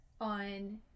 on